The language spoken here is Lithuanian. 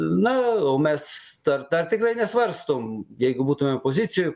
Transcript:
na o mes dar dar tikrai nesvarstom jeigu būtumėm pozicijoj